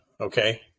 Okay